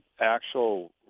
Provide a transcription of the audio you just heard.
actual